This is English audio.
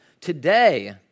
Today